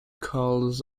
calls